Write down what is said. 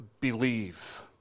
believe